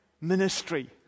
ministry